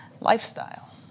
lifestyle